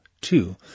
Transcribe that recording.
two